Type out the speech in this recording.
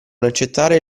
accettare